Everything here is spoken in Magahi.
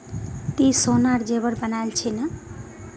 ती सोनार जेवर बनइल छि न